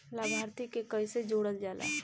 लभार्थी के कइसे जोड़ल जाला?